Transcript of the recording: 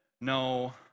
no